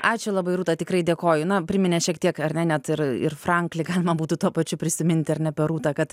ačiū labai rūta tikrai dėkoju na priminėt šiek tiek ar ne net ir ir franklį galima būtų tuo pačiu prisiminti ar ne per rūtą kad